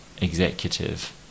executive